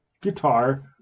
guitar